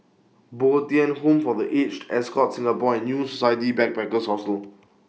Bo Tien Home For The Aged Ascott Singapore and New Society Backpackers' Hotel